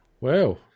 Wow